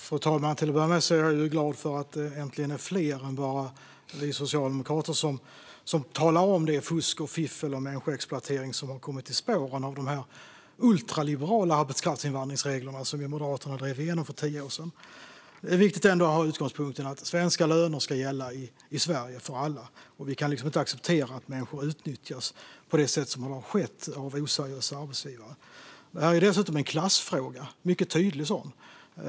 Fru talman! Till att börja med är jag glad att det äntligen är fler än bara vi socialdemokrater som talar om det fusk och fiffel och den människoexploatering som har kommit i spåren av de ultraliberala arbetskraftsinvandringsregler som Moderaterna drev igenom för tio år sedan. Det är viktigt att ha utgångspunkten att svenska löner ska gälla i Sverige för alla. Vi kan inte acceptera att människor utnyttjas av oseriösa arbetsgivare på det sätt som har skett. Detta är dessutom en klassfråga, en mycket tydlig sådan.